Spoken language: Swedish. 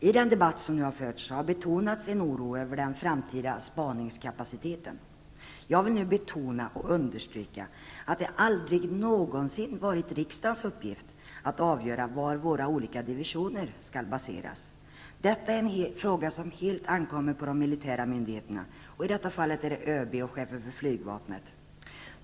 I den debatt som har förts har betonats en oro över den framtida spaningskapaciteten. Jag vill nu betona och understryka att det aldrig någonsin har varit riksdagens uppgift att avgöra var våra olika divisioner skall baseras. Detta är en fråga som helt ankommer på de militära myndigheterna, i detta fall ÖB och chefen för flygvapnet.